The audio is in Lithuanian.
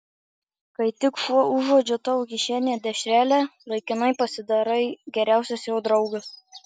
kai tik šuo užuodžia tavo kišenėje dešrelę laikinai pasidarai geriausias jo draugas